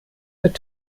mit